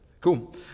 Cool